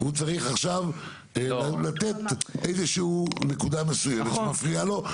הוא צריך עכשיו לתת איזושהי נקודה מסוימת שמפריעה לו,